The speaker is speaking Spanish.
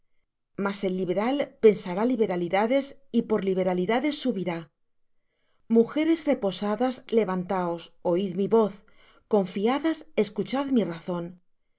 mas el liberal pensará liberalidades y por liberalidades subirá mujeres reposadas levantaos oid mi voz confiadas escuchad mi razón